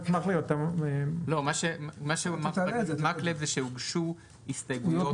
אמר חבר הכנסת מקלב שהוגשו הסתייגויות